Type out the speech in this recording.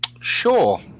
sure